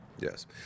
Yes